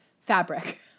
fabric